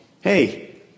hey